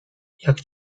jak